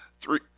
Three